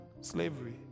slavery